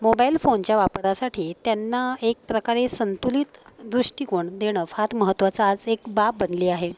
mobile फोनच्या वापरासाठी त्यांना एक प्रकारे संतुलित दृष्टिकोण देणं फार महत्वाचं आज एक बाब बनली आहे